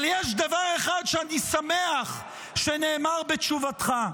אבל יש דבר אחד שאני שמח שנאמר בתשובתך: